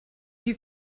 you